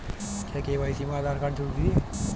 क्या के.वाई.सी में आधार कार्ड जरूरी है?